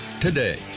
today